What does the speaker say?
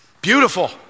Beautiful